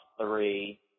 three